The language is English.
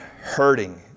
hurting